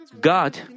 God